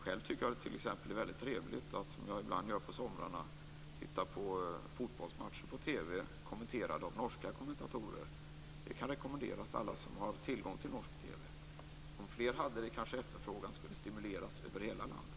Själv tycker jag t.ex. att det är väldigt trevligt att, som jag ibland gör på somrarna, titta på fotbollsmatcher på TV kommenterade av norska kommentatorer. Det kan rekommenderas alla som har tillgång till norsk TV. Om fler hade det kanske efterfrågan skulle stimuleras över hela landet.